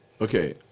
Okay